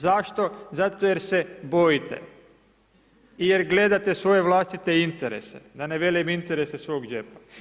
Zašto, zato jer se bojite, jer gledate svoje vlastite interese, da ne velim interese svog džepa.